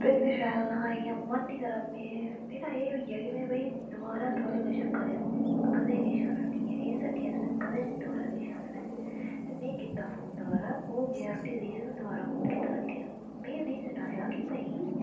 बिंद शैल नेईं हा मन नेईं हा करै दा मेरा ते में थुआढ़े कशा कदें किश आर्डर नेईं करदी इस हट्टिया ते में कदें किश आर्डर नेईं करदी ते में कीता फोन दबारा ओह् गेआ रुट्टी देइयै ते में दबारा फोन कीता हट्टिया में उ'नें गी सनाया कि भाई